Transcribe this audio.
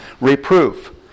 Reproof